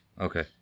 Okay